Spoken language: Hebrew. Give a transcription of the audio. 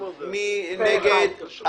הצבעה בעד פה אחד אושר.